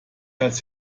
als